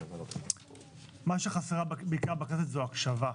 מה שחסרה בכנסת זו הפשרה.